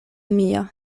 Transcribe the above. mia